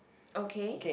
okay